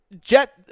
jet